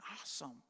awesome